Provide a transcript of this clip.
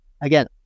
Again